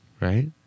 Right